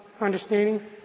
understanding